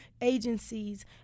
agencies